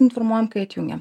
informuojam kai atjungiam